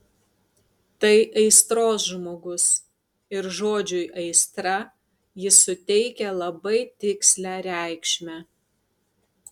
tai aistros žmogus ir žodžiui aistra jis suteikia labai tikslią reikšmę